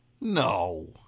No